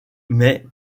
mais